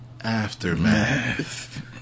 Aftermath